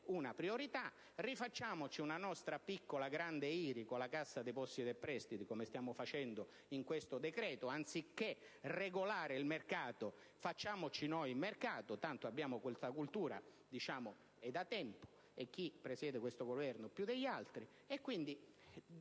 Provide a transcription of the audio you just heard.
del Paese; rifacciamoci una nostra piccola grande IRI con la Cassa depositi e prestiti, come stiamo facendo in questo decreto; anziché regolare il mercato, facciamoci noi il mercato, tanto abbiamo da tempo questa cultura, e chi presiede questo Governo più degli altri; godiamo